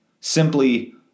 simply